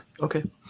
Okay